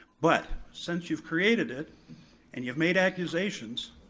but, since you've created and you've made accusations,